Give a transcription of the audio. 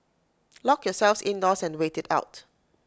lock yourselves indoors and wait IT out